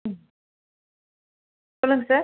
ம் சொல்லுங்கள் சார்